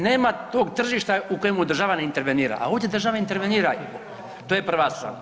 Nema tog država u kojemu država ne intervenira, a ovdje država intervenira, to je prva stvar.